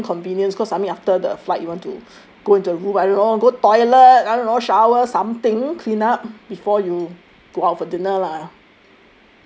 which was a bit inconvenient cause I mean after the flight you want to go into room I don't know go toilet I don't know shower something clean up before you go out for dinner lah